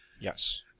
Yes